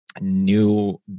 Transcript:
new